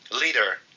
leader